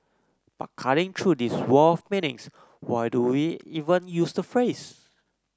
but cutting through this wall of meanings why do we even use the phrase